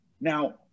Now